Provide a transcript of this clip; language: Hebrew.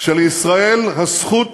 שלישראל הזכות